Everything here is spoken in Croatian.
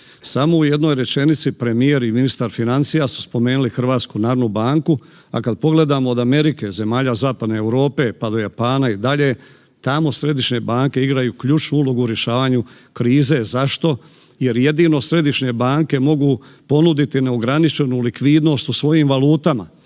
Samo u jednoj rečenici premijer i ministar financija su spomenuli HNB, a kad pogledamo, od Amerike, zemalja zapadne Europe, pa do Japana i dalje, tamo središnje banke igraju ključnu ulogu u rješavanju krize. Zašto? Jer jedino središnje banke mogu ponuditi neograničenu likvidnost u svojim valutama.